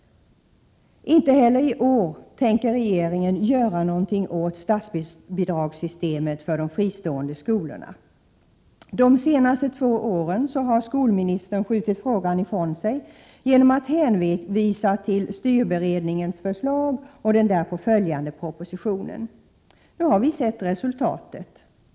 Inte heller i år tänker regeringen göra något åt statsbidragssystemet för de fristående skolorna. De senaste två åren har skolministern skjutit frågan ifrån sig genom att hänvisa till styrningsberedningens förslag och den därpå följande propositionen. Nu har vi sett resultatet.